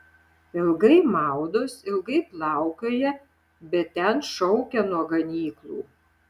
ilgai maudos ilgai plaukioja bet ten šaukia nuo ganyklų